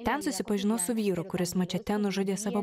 ten susipažinau su vyru kuris mačete nužudė savo